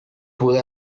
pude